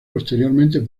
posteriormente